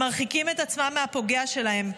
הם מרחיקים את עצמם מהפוגע שלהם,